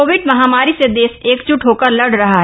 Covid महामारी से देश एकजुट होकर लड़ रहा है